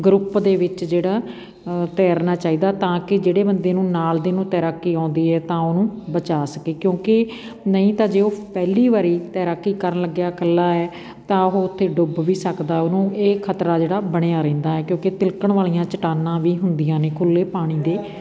group ਦੇ ਵਿੱਚ ਜਿਹੜਾ ਤੈਰਨਾ ਚਾਹੀਦਾ ਤਾਂ ਕਿ ਜਿਹੜੇ ਬੰਦੇ ਨੂੰ ਨਾਲ ਦੇ ਨੂੰ ਤੈਰਾਕੀ ਆਉਂਦੀ ਹੈ ਤਾਂ ਉਹਨੂੰ ਬਚਾ ਸਕੇ ਕਿਉਂਕਿ ਨਹੀਂ ਤਾਂ ਜੇ ਉਹ ਪਹਿਲੀ ਵਾਰੀ ਤੈਰਾਕੀ ਕਰਨ ਲੱਗਿਆ ਇਕੱਲਾ ਹੈ ਤਾਂ ਉਹ ਉੱਥੇ ਡੁੱਬ ਵੀ ਸਕਦਾ ਉਹਨੂੰ ਇਹ ਖਤਰਾ ਜਿਹੜਾ ਬਣਿਆ ਰਹਿੰਦਾ ਹੈ ਕਿਉਂਕਿ ਤਿਲਕਣ ਵਾਲੀਆਂ ਚਟਾਨਾਂ ਵੀ ਹੁੰਦੀਆਂ ਨੇ ਖੁੱਲ੍ਹੇ ਪਾਣੀ ਦੇ